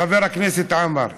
חבר הכנסת עמאר,